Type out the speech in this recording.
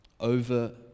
over